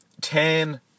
ten